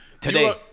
today